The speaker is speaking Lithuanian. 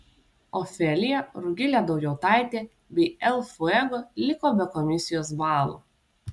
ofelija rugilė daujotaitė bei el fuego liko be komisijos balų